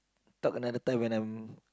talk another time when I'm